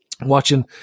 watching